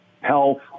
health